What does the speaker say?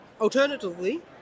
Alternatively